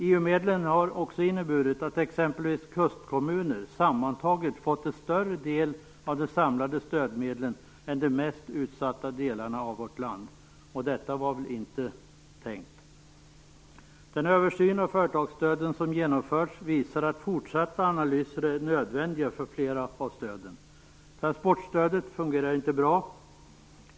EU-medlen har också inneburit att exempelvis kustkommuner sammantaget fått en större del av de samlade stödmedlen än de mest utsatta delarna av vårt land, och så var det väl inte tänkt. Den översyn av företagsstöden som genomförts visar att fortsatta analyser är nödvändiga för flera av stöden. Transportstödet fungerar inte bra.